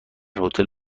هتل